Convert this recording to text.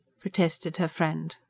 protested her friend.